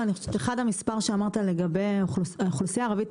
לגבי האוכלוסייה הערבית,